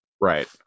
right